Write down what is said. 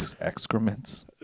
excrements